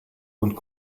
und